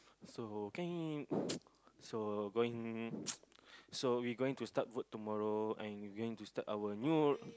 so can so going so we going to start work tomorrow and we going to start our new